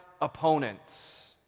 opponents